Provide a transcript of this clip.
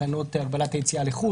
תקנות הגבלת היציאה לחוץ לארץ,